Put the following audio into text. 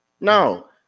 No